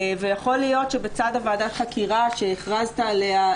ויכול להיות שבצד ועדת החקירה שהכרזת עליה,